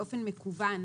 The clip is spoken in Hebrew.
באופן מקוון,